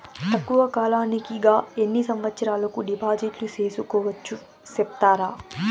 తక్కువ కాలానికి గా ఎన్ని సంవత్సరాల కు డిపాజిట్లు సేసుకోవచ్చు సెప్తారా